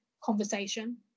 conversation